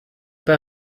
pas